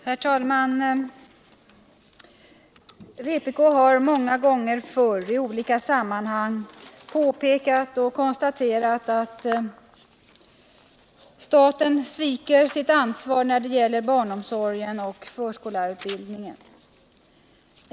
Herr talman! Vpk har många gånger förr i olika sammanhang påpekat och konstaterat att staten sviker sitt ansvar när det gäller barnomsorgen och förskollärarutbildningen.